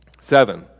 Seven